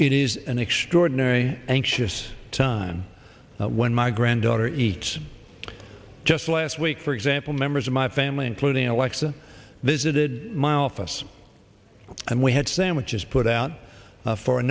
it is an extraordinary anxious time when my granddaughter eats just last week for example members of my family including alexa visited mile for us and we had sandwiches but out for a